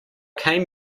came